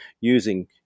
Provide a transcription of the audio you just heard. using